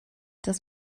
das